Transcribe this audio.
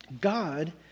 God